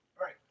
right